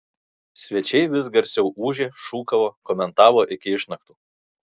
svečiai vis garsiau ūžė šūkavo komentavo iki išnaktų